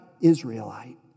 Israelite